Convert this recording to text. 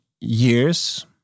years